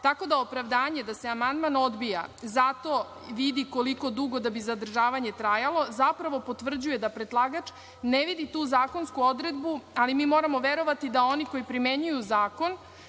tako da opravdanje da se amandman odbija zato da vidi koliko dugo bi zadržavanje trajalo, zapravo potvrđuje da predlagač ne vidi tu zakonsku odredbu, ali mi moramo verovati da oni koji primenjuju zakon